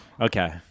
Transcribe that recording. Okay